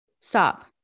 Stop